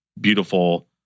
beautiful